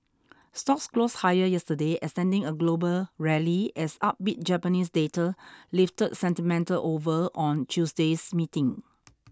stocks closed higher yesterday extending a global rally as upbeat Japanese data lifted sentiment over on Tuesday's meeting